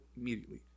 immediately